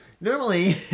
normally